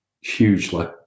hugely